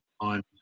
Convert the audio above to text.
on